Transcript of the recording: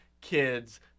kids